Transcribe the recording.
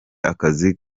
akazi